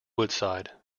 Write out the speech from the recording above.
woodside